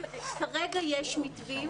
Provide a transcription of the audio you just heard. כרגע יש מתווים,